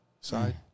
side